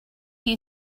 you